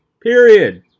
Period